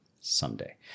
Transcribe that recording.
Someday